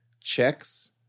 checks